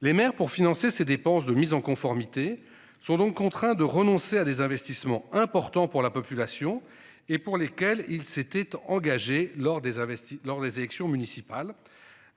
les maires pour financer ces dépenses de mise en conformité sont donc contraints de renoncer à des investissements importants pour la population et pour lesquels il s'était engagé lors des investi lors des élections municipales.